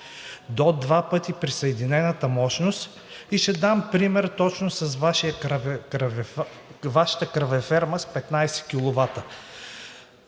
два пъти присъединената мощност...“, и ще дам пример точно с Вашата кравеферма с 15